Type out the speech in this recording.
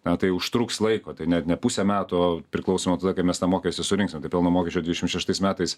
na tai užtruks laiko tai net ne pusę metų o priklauso nuo tada kai mes tą mokestį surinksim tai pelno mokesčio dvidešimt šeštais metais